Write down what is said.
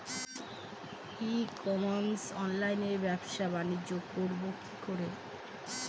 ই commerce অনলাইনে ব্যবসা বানিজ্য করব কি করে?